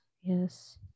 yes